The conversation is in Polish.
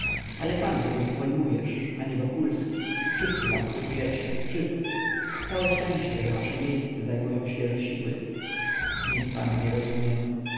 ale pan tego nie pojmujesz ani wokulski wszyscy bankrutujecie wszyscy całe szczęście że wasze miejsca zajmują świeże siły nic pana nie rozumiem